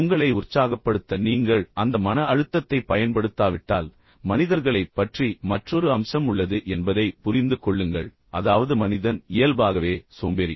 உங்களை உற்சாகப்படுத்த நீங்கள் அந்த மன அழுத்தத்தைப் பயன்படுத்தாவிட்டால் மனிதர்களைப் பற்றி மற்றொரு அம்சம் உள்ளது என்பதை புரிந்து கொள்ளுங்கள் அதாவது மனிதன் இயல்பாகவே சோம்பேறி